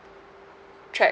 treck